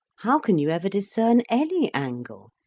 how can you ever discern any angle,